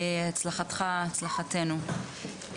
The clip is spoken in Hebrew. הצלחתך, הצלחתנו.